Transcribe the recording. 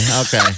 Okay